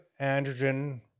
Androgen